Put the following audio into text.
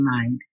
mind